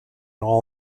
all